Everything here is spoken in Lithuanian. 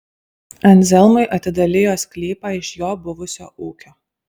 anzelmui atidalijo sklypą iš jo buvusio ūkio